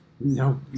No